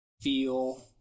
feel